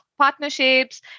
partnerships